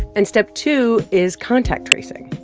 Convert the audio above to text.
and step two is contact tracing,